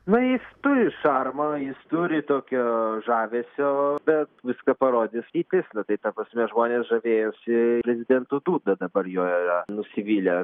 na jis turi šarmo jis turi tokio žavesio bet viską parodys ateitis nu tai ta prasme žmonės žavėjosi prezidentu dūda dabar juo yra nusivylę